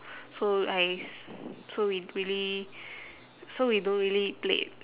so I s~ so we really so we don't really play it